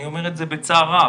אני אומר את זה בצער רב.